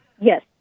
Yes